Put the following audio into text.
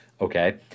okay